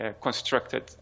constructed